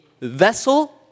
vessel